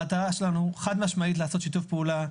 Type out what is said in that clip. המטרה שלנו היא חד-משמעית לעשות שיתוף פעולה.